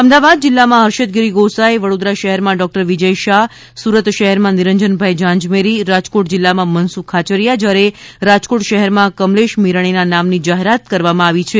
અમદાવાદ જિલ્લામાં હર્ષદગીરી ગોસાઇ વડોદરા શહેરમાં ડોકટર વિજય શાહ સુરત શહેરમાં નિરંજનભાઈ ઝાંઝમેરી રાજકોટ જિલ્લામાં મનસુખ ખાચરીયા જયારે રાજકોટ શહેરમાં કમલેશ મિરાણીના નામની જાહેરાત કરવામાં આવી છે